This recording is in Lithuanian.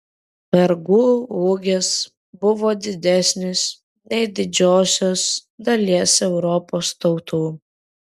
vergų ūgis buvo didesnis nei didžiosios dalies europos tautų